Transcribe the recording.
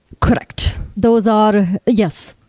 correct. those are yes,